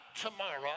tomorrow